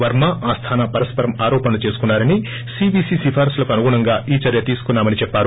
వర్మ ఆస్టానా పరస్సరం ఆరోపణలు చేసుకున్నారని సీవీసీ సిఫారసులకు అనుగుణంగా ఈ చర్య తీసుకున్నామని చెప్పారు